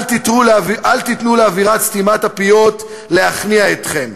אל תיתנו לאווירת סתימת הפיות להכניע אתכם.